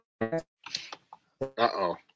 Uh-oh